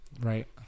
right